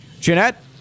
Jeanette